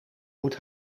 moet